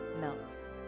melts